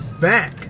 back